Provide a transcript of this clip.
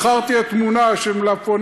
מחר תהיה תמונה של מלפפונים,